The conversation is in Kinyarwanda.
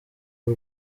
w’u